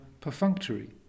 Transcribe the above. perfunctory